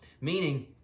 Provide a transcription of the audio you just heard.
meaning